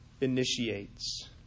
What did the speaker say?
initiates